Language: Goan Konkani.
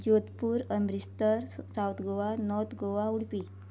Jodhpur Amritsar south Goa north Goa Udupi